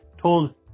told